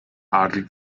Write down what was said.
adel